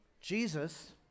Jesus